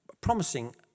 promising